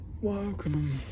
Welcome